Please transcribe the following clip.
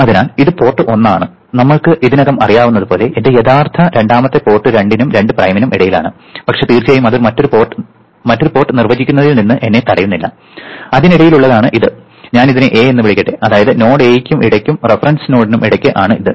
അതിനാൽ ഇത് പോർട്ട് 1 ആണ് നമ്മൾക്ക് ഇതിനകം അറിയാവുന്നതുപോലെ എന്റെ യഥാർത്ഥ രണ്ടാമത്തെ പോർട്ട് 2 നും 2 പ്രൈമിനും ഇടയിലാണ് പക്ഷേ തീർച്ചയായും അത് മറ്റൊരു പോർട്ട് നിർവചിക്കുന്നതിൽ നിന്ന് എന്നെ തടയുന്നില്ല അതിനിടയിലുള്ളതാണ് ഇത് ഞാൻ ഇതിനെ A എന്ന് വിളിക്കട്ടെ അതായത് നോഡ് എയ്ക്കും ഇടയ്ക്കും റഫറൻസ് നോഡ്നും ഇടയ്ക്കു ആണ് ഇത്